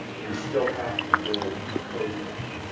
you still have to build the code point,